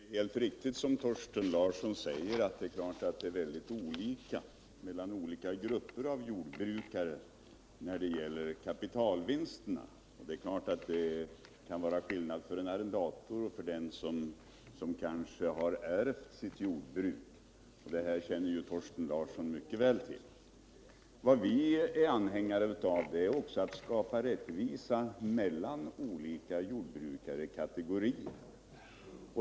Herr talman! Det är helt riktigt som Thorsten Larsson säger att det är en väldig skillnad mellan olika jordbrukare när det gäller kapitalvinsterna. Det är klart att det i sammanhanget kan finnas skillnader mellan en arrendator och en som kanske har ärvt sitt jordbruk. Det här känner ju Thorsten Larsson mycket väl ull. Vad vi är anhängare av är att rättvisa skapas mellan olika jordbrukarkategorier.